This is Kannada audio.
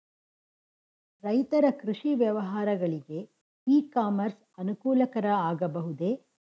ರೈತರ ಕೃಷಿ ವ್ಯವಹಾರಗಳಿಗೆ ಇ ಕಾಮರ್ಸ್ ಅನುಕೂಲಕರ ಆಗಬಹುದೇ?